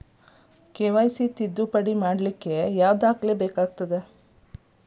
KYC ತಿದ್ದುಪಡಿ ಮಾಡ್ಲಿಕ್ಕೆ ಯಾವ ದಾಖಲೆ ಅವಶ್ಯಕ?